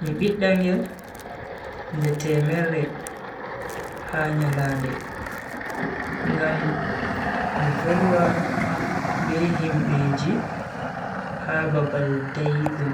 mi bidda ngel nde temerre ha nyalande ngam mi volwa be himbeji ha babal daidum.